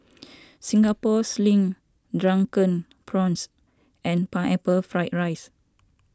Singapore Sling Drunken Prawns and Pineapple Fried Rice